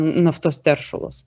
naftos teršalus